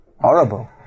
horrible